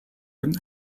been